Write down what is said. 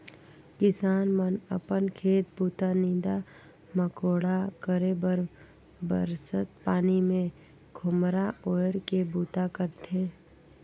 किसान मन अपन खेत बूता, नीदा मकोड़ा करे बर बरसत पानी मे खोम्हरा ओएढ़ के बूता करथे